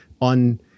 on